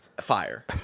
fire